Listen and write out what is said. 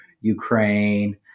Ukraine